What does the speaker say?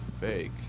fake